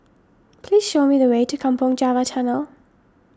please show me the way to Kampong Java Tunnel